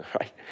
right